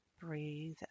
breathe